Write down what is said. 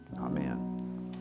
amen